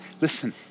listen